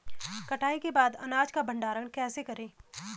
कटाई के बाद अनाज का भंडारण कैसे करें?